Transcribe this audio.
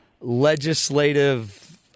legislative